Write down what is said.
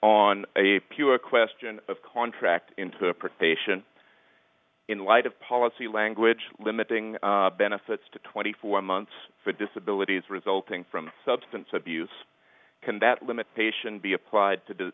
on a pua question of contract interpretation in light of policy language limiting benefits to twenty four months for disability resulting from substance abuse can that limitation be applied to